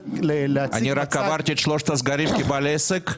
אני רק עברתי את שלושת הסגרים כבעל עסק,